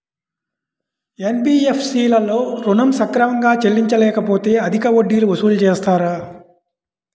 NBFC లలో ఋణం సక్రమంగా చెల్లించలేకపోతె అధిక వడ్డీలు వసూలు చేస్తారా?